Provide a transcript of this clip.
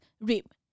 rape